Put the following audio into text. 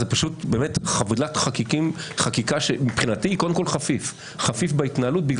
זאת פשוט חבילת חקיקה שנעשית חפיף בהתנהלות.